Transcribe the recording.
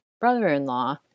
brother-in-law